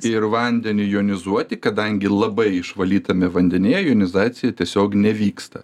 ir vandeniui jonizuoti kadangi labai išvalytame vandenyje jonizacija tiesiog nevyksta